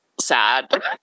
sad